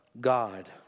God